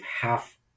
half